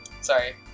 Sorry